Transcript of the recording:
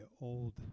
old